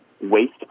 waste